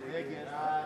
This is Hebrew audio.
השר בגין,